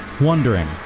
wondering